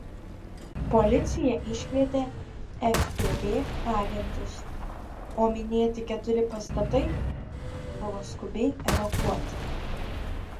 policija iškvietė ftb agentus o minėti keturi pastatai buvo skubiai evakuoti